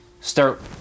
start